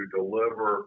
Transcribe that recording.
deliver